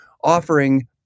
offering